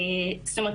זאת אומרת,